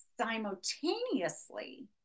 simultaneously